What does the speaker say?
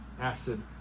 acid